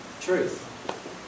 truth